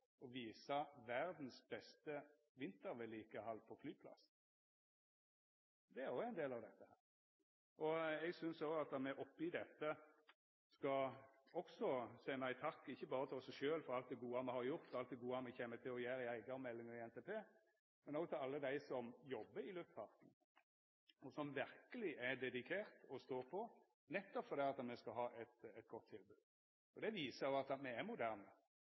og visa verdas beste vintervedlikehald på flyplass. Det er òg ein del av dette. Eg synest at me oppe i dette skal senda ein takk, ikkje berre til oss sjølve for alt det gode me har gjort, og alt det gode me kjem til å gjera i eigarmeldinga og i NTP, men òg til alle dei som jobbar i luftfarten, som verkeleg er dedikerte og står på nettopp fordi me skal ha eit godt tilbod. Det viser òg at me er moderne,